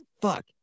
Fuck